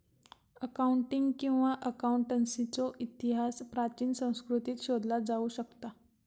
accounting किंवा अकाउंटन्सीचो इतिहास प्राचीन संस्कृतींत शोधला जाऊ शकता